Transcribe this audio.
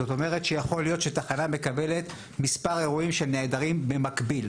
זאת אומרת שיכול להיות שתחנה מקבלת מספר אירועים של נעדרים במקביל.